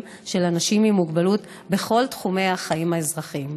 של אנשים עם מוגבלות בכל תחומי החיים האזרחיים.